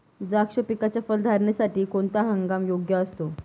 द्राक्ष पिकाच्या फलधारणेसाठी कोणता हंगाम योग्य असतो?